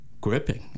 gripping